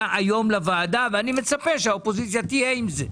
היום לוועדה ואני מצפה שהאופוזיציה תתמוך בזה.